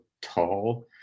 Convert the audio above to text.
tall